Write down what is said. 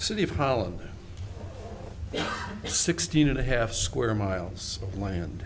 city of holland sixteen and a half square miles of land